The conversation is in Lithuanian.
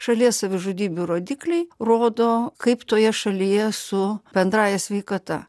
šalies savižudybių rodikliai rodo kaip toje šalyje su bendrąja sveikata